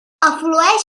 aflueix